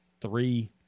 three